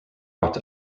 brought